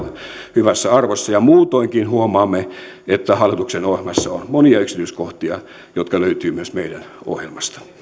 hyvässä arvossa ja muutoinkin huomaamme että hallituksen ohjelmassa on monia yksityiskohtia jotka löytyvät myös meidän ohjelmastamme